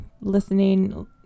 listening